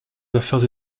affaires